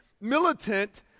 militant